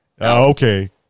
Okay